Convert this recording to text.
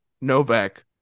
Novak